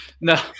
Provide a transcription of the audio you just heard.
No